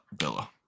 Villa